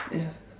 yeah